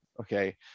okay